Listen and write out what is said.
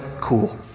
cool